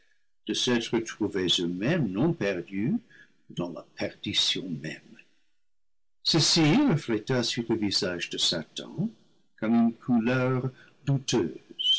de s'être trouvés eux-mêmes non perdus dans la perdition même ceci refléta sur le visage de satan comme une couleur douteuse